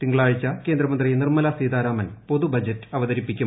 തിങ്കളാഴ്ച കേന്ദ്രമന്ത്രി നിർമ്മല സീതാരാമൻ പൊതുബജറ്റ് അവതരിപ്പിക്കും